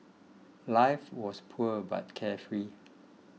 life was poor but carefree